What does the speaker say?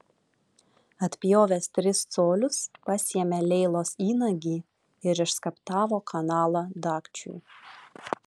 atpjovęs tris colius pasiėmė leilos įnagį ir išskaptavo kanalą dagčiui